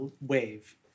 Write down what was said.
wave